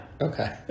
Okay